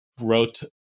wrote